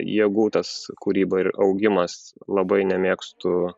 jėgų tas kūryba ir augimas labai nemėgstu